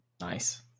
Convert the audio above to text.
Nice